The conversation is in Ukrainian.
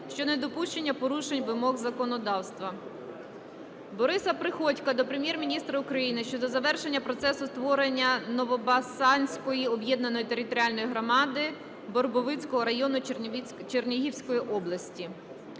щодо недопущення порушень вимог законодавства. Бориса Приходька до Прем'єр-міністра України щодо завершення процесу створення Новобасанської об'єднаної територіальної громади Борбовицького району Чернігівської області.